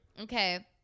okay